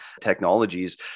technologies